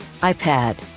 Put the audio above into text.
iPad